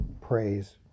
Praise